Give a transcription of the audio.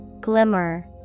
Glimmer